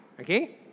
Okay